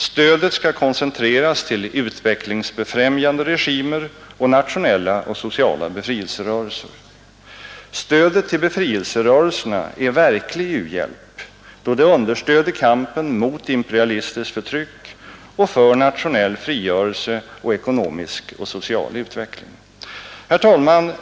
Stödet skall koncentreras till utvecklingsbefrämjande regimer och nationella och sociala befrielserörelser. Stödet till befrielserörelserna är verklig u-hjälp då det understöder kampen mot imperialistiskt förtryck och för nationell frigörelse och ekonomisk och social utveckling. Herr talman!